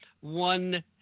one